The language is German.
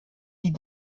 die